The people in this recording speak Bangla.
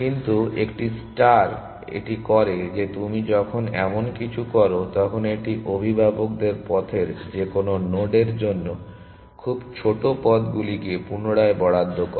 কিন্তু একটি ষ্টার এটি করে যে তুমি যখন এমন কিছু করো তখন এটি অভিভাবকদের পথের যেকোনো নোডের জন্য খুব ছোট পথ গুলিকে পুনরায় বরাদ্দ করে